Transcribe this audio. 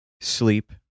sleep